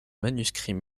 manuscrits